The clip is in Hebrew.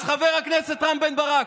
אז חבר הכנסת רם בן ברק,